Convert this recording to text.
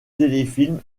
téléfilm